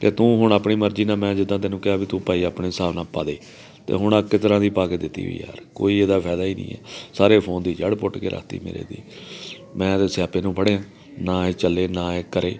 ਅਤੇ ਤੂੰ ਹੁਣ ਆਪਣੀ ਮਰਜ਼ੀ ਨਾਲ ਮੈਂ ਜਿੱਦਾਂ ਤੈਨੂੰ ਕਿਹਾ ਵੀ ਤੂੰ ਭਾਈ ਆਪਣੇ ਹਿਸਾਬ ਨਾਲ ਪਾ ਦੇ ਅਤੇ ਹੁਣ ਆ ਕਿਸ ਤਰ੍ਹਾਂ ਦੀ ਪਾ ਕੇ ਦਿੱਤੀ ਹੋਈ ਆ ਯਾਰ ਕੋਈ ਇਹਦਾ ਫਾਇਦਾ ਹੀ ਨਹੀਂ ਹੈ ਸਾਰੇ ਫੋਨ ਦੀ ਜੜ੍ਹ ਪੁੱਟ ਕੇ ਰੱਖ ਤੀ ਮੇਰੇ ਦੀ ਮੈਂ ਤਾਂ ਸਿਆਪੇ ਨੂੰ ਫੜਿਆ ਨਾ ਇਹ ਚੱਲੇ ਨਾ ਇਹ ਕਰੇ